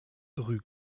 rue